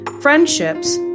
friendships